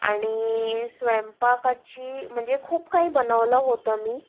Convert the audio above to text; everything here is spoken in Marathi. आणि स्वयंपाकाची म्हणजे खूप काही बनवलं होतं मी